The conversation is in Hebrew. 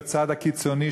בצד הקיצוני,